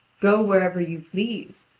go wherever you please.